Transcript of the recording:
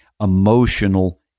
emotional